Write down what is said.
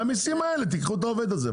מהמסים האלה תיקחו את העובד הזה.